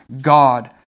God